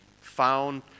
found